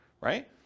right